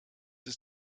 ist